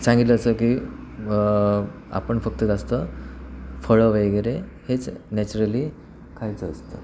सांगितलं असं की आपण फक्त जास्त फळं वगैरे हेच नॅचरली खायचं असतं